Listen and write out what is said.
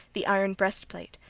the iron-breastplate,